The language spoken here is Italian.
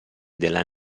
della